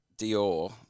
Dior